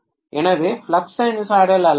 எனவே flux sinusoidal அல்லாதது